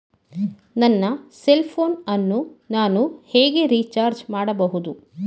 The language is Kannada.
ನನ್ನ ಸೆಲ್ ಫೋನ್ ಅನ್ನು ನಾನು ಹೇಗೆ ರಿಚಾರ್ಜ್ ಮಾಡಬಹುದು?